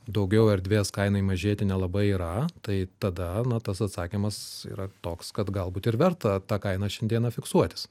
daugiau erdvės kainai mažėti nelabai yra tai tada na tas atsakymas yra toks kad galbūt ir verta tą kainą šiandieną fiksuotis